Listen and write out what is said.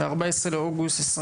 מ- 14 באוגוסט 2022,